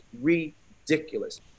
ridiculous